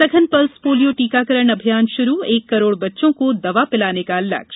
सघन pulse polio टीकाकरण अभियान शुरु एक करोड़ बच्चों को दवा पिलाने का लक्ष्य